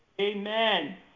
Amen